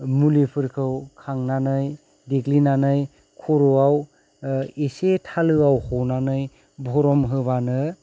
मुलिफोरखौ खांनानै देग्लिनानै खर'आव इसे थालो आव हनानै भर'म होबानो